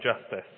justice